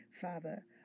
Father